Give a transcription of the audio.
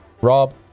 Rob